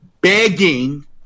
begging